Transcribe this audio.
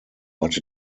but